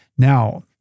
Now